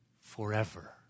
forever